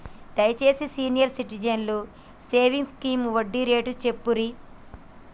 దయచేసి senior citizens savings scheme వడ్డీ rate చెప్పుర్రి